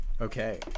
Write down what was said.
Okay